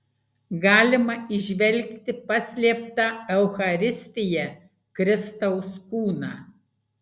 galima įžvelgti paslėptą eucharistiją kristaus kūną